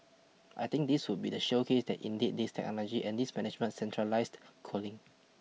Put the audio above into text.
I think this would be the showcase that indeed this technology and this management centralised cooling